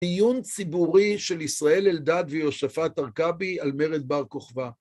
עיון ציבורי של ישראל אלדד ויוספת ארכבי על מרד בר כוכבה.